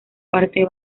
parte